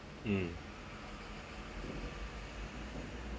um